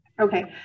okay